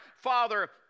father